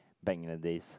back in the days